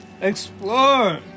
explore